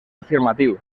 afirmatiu